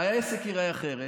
והעסק ייראה אחרת.